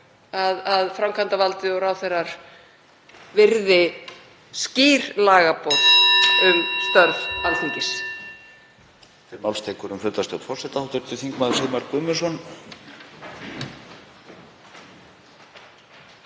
að framkvæmdarvaldið og ráðherrar virði skýr lagaboð um störf Alþingis.